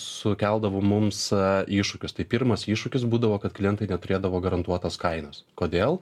sukeldavo mums iššūkius tai pirmas iššūkis būdavo kad klientai neturėdavo garantuotos kainos kodėl